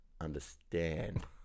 understand